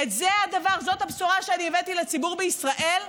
זו הבשורה שהבאתי לציבור בישראל,